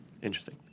interesting